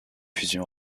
fusion